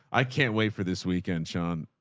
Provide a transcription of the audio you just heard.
i can't wait for this weekend, sean.